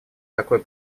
такой